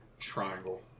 triangle